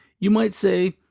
you might say,